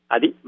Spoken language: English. Adi